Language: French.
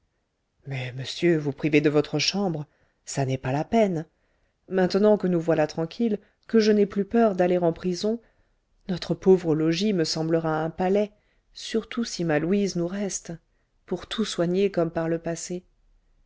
mais monsieur vous priver de votre chambre ça n'est pas la peine maintenant que nous voilà tranquilles que je n'ai plus peur d'aller en prison notre pauvre logis me semblera un palais surtout si ma louise nous reste pour tout soigner comme par le passé